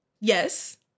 Yes